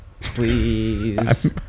please